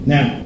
Now